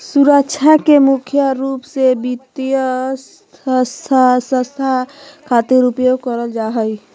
सुरक्षा के मुख्य रूप से वित्तीय संस्था खातिर उपयोग करल जा हय